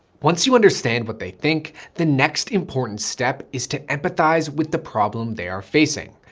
once you understand what they think, the next important step is to empathize with the problem they are facing.